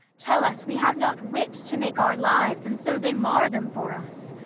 tell us we have not wit to make our lives, and so they mar them for us.